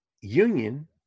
union